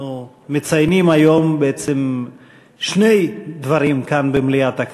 אנחנו מציינים היום בעצם שני דברים כאן במליאת הכנסת,